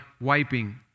wiping